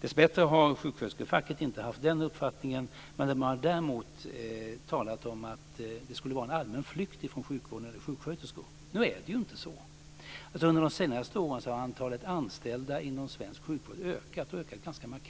Dessbättre har sjuksköterskefacket inte haft den uppfattningen, men man har däremot talat om att det skulle vara en allmän flykt från sjukvården när det gäller sjuksköterskor. Men så är det inte! Under de senaste åren har antalet anställda inom svensk sjukvård ökat - och ökat ganska markant.